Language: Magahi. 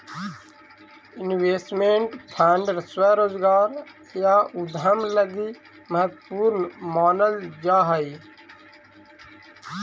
इन्वेस्टमेंट फंड स्वरोजगार या उद्यम लगी महत्वपूर्ण मानल जा हई